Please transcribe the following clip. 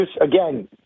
again